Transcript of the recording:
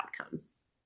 outcomes